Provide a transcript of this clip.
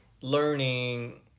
learning